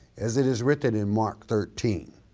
as it is written in mark thirteen,